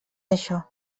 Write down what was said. això